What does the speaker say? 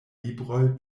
libroj